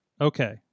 Okay